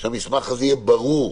שהמסמך הזה יהיה ברור.